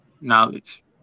knowledge